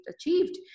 achieved